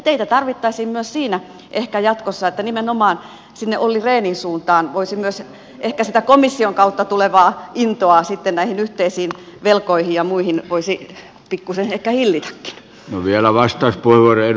teitä tarvittaisiin myös siinä ehkä jatkossa että nimenomaan voisi olli rehnin suuntaan myös ehkä komission kautta tulevaa intoa yhteisiin velkoihin ja muihin pikkuisen ehkä hillitäkin